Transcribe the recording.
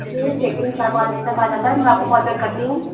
उस चार पाँच दिन तक आ जाता मैं आपको कॉलबैक करती हूँ